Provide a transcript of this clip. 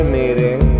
meeting